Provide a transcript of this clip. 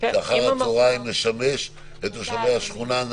ואחר הצוהריים משמש את תושבי השכונה,